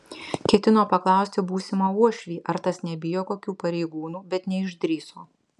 ketino paklausti būsimą uošvį ar tas nebijo kokių pareigūnų bet neišdrįso